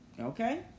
Okay